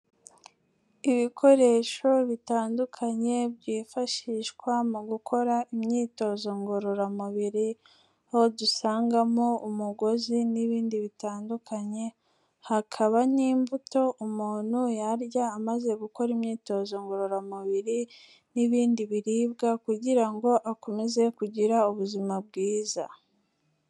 Ibikoresho bitandukanye byifashishwa mu gukora imyitozo ngororamubiri, aho dusangamo umugozi n'ibindi bitandukanye, hakaba n'imbuto umuntu yarya amaze gukora imyitozo ngororamubiri n'ibindi biribwa kugira ngo akomeze kugira ubuzima bwiza.